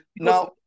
Now